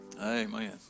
Amen